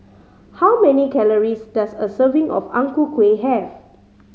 how many calories does a serving of Ang Ku Kueh have